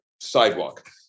sidewalk